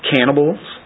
Cannibals